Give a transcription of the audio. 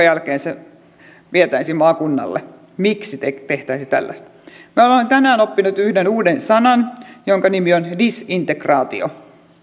jälkeen se vietäisiin maakunnalle miksi tehtäisiin tällaista minä olen tänään oppinut yhden uuden sanan jonka nimi on disintegraatio